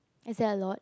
is that a lot